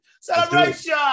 Celebration